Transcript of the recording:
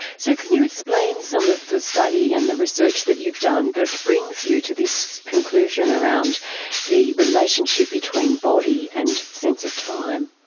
so can you explain some of the study and the research that you've done that brings you to this conclusion around the relationship between body and sense of time?